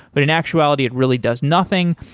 but in actuality it really does nothing.